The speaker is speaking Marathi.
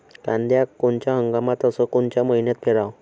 कांद्या कोनच्या हंगामात अस कोनच्या मईन्यात पेरावं?